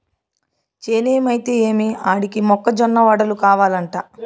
చేనేమైతే ఏమి ఆడికి మొక్క జొన్న వడలు కావలంట